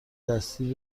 دستی